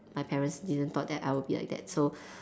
my parents didn't thought that I would be like that so